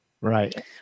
Right